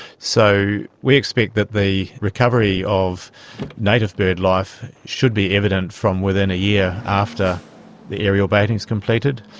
so we expect that the recovery of native birdlife should be evident from within a year after the aerial baiting is completed.